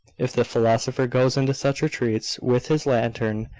if the philosopher goes into such retreats with his lantern,